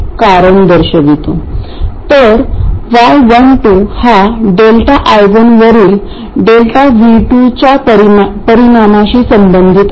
तर y12 हा ΔI1 वरील ΔV2 च्या परिणामाशी संबंधित आहे